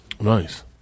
Nice